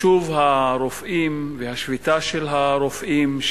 שוב הרופאים והשביתה של הרופאים,